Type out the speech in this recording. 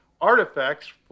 artifacts